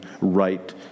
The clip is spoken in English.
right